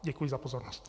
Děkuji za pozornost.